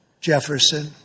Jefferson